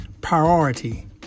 priority